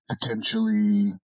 Potentially